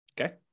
okay